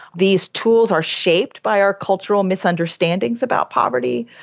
these tools are shaped by our cultural misunderstandings about poverty.